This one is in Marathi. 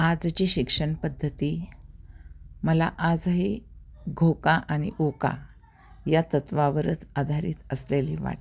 आजची शिक्षण पद्धती मला आजही घोका आणि ओका या तत्त्वावरच आधारित असलेली वाटते